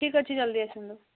ଠିକ୍ ଅଛି ଜଲଦି ଆସନ୍ତୁ